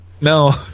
No